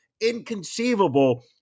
inconceivable